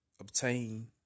Obtain